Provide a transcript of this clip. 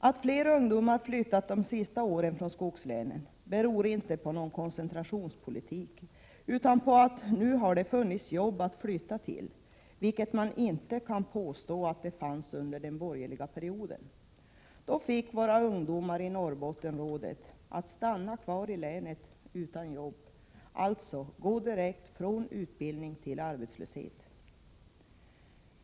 Att fler ungdomar under de senaste åren flyttat från skogslänen beror inte på någon koncentrationspolitik utan på att det har funnits jobb att flytta till, vilket man inte kan påstå att det fanns under den borgerliga regeringsperioden. Då fick våra ungdomar i Norrbotten rådet att stanna kvar i länet utan jobb. De skulle alltså gå direkt från utbildning till arbetslöshet.